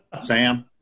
Sam